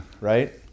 Right